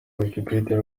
wikipedia